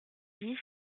dix